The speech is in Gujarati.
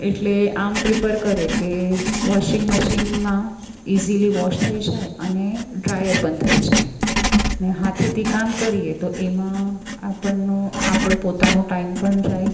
એટલે આમ પ્રીફર કરે કે વોશિંગ મશીનમાં ઇઝીલી વોશ થઈ જાય અને ડ્રાયર પણ થઈ જાય અને હાથેથી કામ કરીએ તો એમાં આપણનો આપણો પોતાનો ટાઇમ જાય